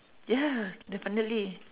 ya definitely